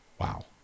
Wow